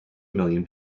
million